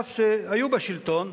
אף שהן היו בשלטון,